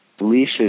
leashes